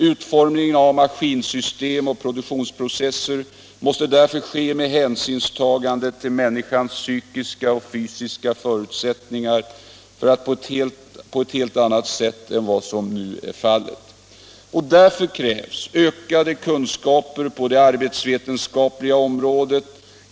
Utformningen av maskinsystem och produktionsprocesser måste därför ske med hänsynstagande till människans psykiska och fysiska förutsättningar på ett helt annat sätt än vad som nu är fallet. Därför krävs ökade kunskaper på det arbetsvetenskapliga området.